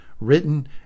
written